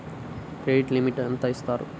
Credit limit ఎంత ఇస్తారు?